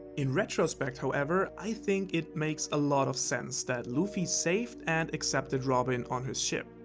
in retrospect however, i think it makes a lot of sense that luffy saved and accepted robin on his ship.